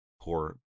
poor